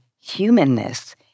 humanness